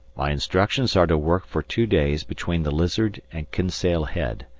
my instructions are to work for two days between the lizard and kinsale head,